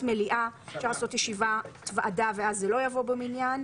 מליאה אפשר לעשות ישיבת ועדה ואז הוא לא יבוא במניין.